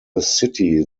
city